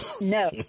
no